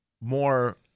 more